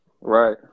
Right